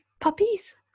puppies